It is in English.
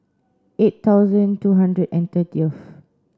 eight thousand two hundred and thirtieth